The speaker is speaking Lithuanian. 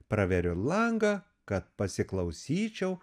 praveriu langą kad pasiklausyčiau